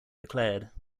declared